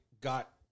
got